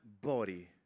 body